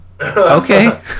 Okay